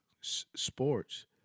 sports